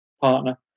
partner